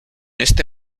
este